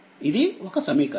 ఇది ఒక సమీకరణం